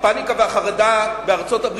הפניקה והחרדה בארצות-הברית,